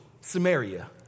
Samaria